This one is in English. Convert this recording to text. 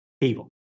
people